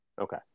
okay